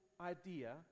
idea